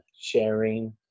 sharing